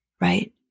right